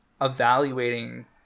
evaluating